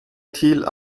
thiel